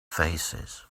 faces